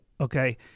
Okay